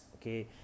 okay